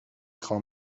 خوام